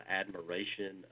admiration